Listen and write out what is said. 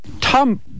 Tom